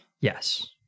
Yes